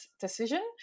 decision